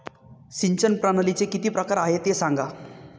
सिंचन प्रणालीचे किती प्रकार आहे ते सांगा